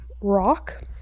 Rock